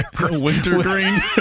Wintergreen